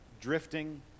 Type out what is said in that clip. drifting